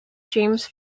james